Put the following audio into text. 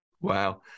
Wow